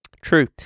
True